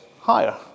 higher